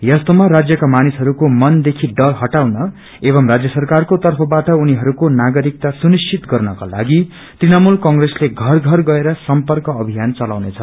यस्तोमा राज्यका मानिसहरूको मन देखि डर इटाउन एवं राजय सरकारको तर्फबाट उनीहरूको नागरिकता सुनिश्चित गर्नको लागि तृणमूल कंग्रेसले घर घर गएर सर्व्यंक अभियान चलाउनेछ